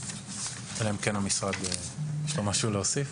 אלא אם כן למשרד יש משהו להוסיף.